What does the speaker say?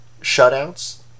shutouts